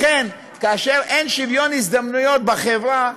לכן, כאשר אין שוויון הזדמנויות בחברה,